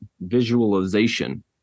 visualization